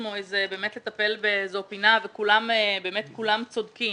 עצמו לטפל בפינה כלשהי וכולם צודקים.